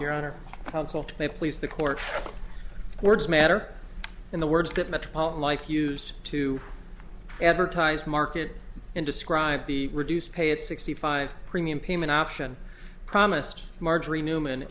your honor may please the court words matter in the words that metropolitan like used to advertise market and describe the reduced pay at sixty five premium payment option promised marjorie newman